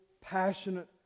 passionate